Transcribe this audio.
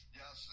yes